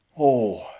oh!